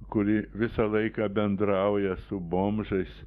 kuri visą laiką bendrauja su bomžais